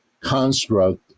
construct